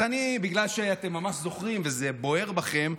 אז בגלל שאתם ממש זוכרים וזה בוער בכם,